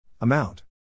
Amount